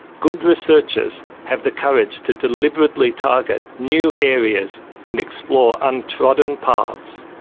good researchers have the courage to deliberately target new areas and explore untrodden paths,